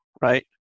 right